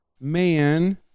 man